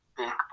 big